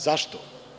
Zašto?